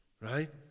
Right